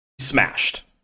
Smashed